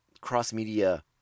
cross-media